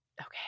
okay